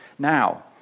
Now